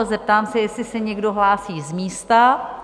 Zeptám se, jestli se někdo hlásí z místa?